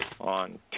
on